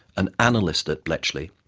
an analyst at bletchley,